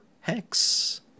Hex